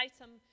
item